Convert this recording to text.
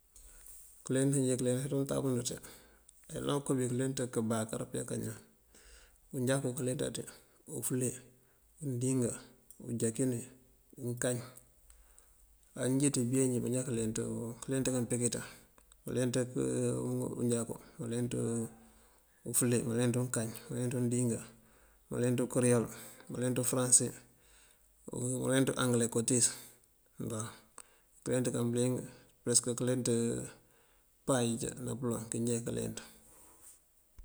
Këleenţ kande këleenţ ţí untabúud ţí ayëlan kobi këleenţ këbáaker, pëya kañan, unjakú kaleenţa ţí, ufule, unduŋa, ujakin wí, unkañ. Á injí ţíbeenjí manjá kaleenţ këleenţ kampe kiţan. Manleenţ unjakú, manleenţ ufule, manleenţ unkañ, manleenţundinga, manleenţ ukëryool, manleenţ ufaranse, manleenţ angle kootíis këleenţ kanmbëliŋ parësëk këleenţ páaj nápëloŋ kinje kaleenţ.